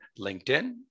LinkedIn